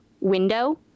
window